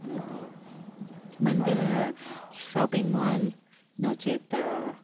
मन्दिरं shopping mall नो चेत्